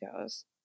goes